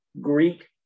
Greek